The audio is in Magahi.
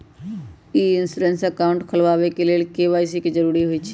ई इंश्योरेंस अकाउंट खोलबाबे के लेल के.वाई.सी के जरूरी होइ छै